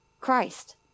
Christ